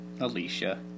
Alicia